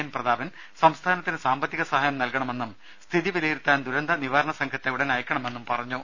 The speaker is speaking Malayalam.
എൻ പ്രതാപൻ സംസ്ഥാനത്തിന് സാമ്പത്തിക സഹായം നൽക ണമെന്നും സ്ഥിതി വിലയിരുത്താൻ ദുരന്ത നിവാര സംഘത്തെ ഉടൻ അയക്കണമെന്നും പറഞ്ഞു